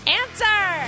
answer